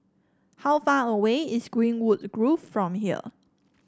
how far away is Greenwood Grove from here